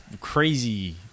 crazy